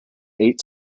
eight